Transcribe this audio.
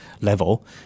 level